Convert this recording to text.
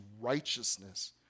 righteousness